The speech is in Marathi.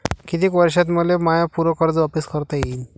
कितीक वर्षात मले माय पूर कर्ज वापिस करता येईन?